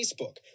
Facebook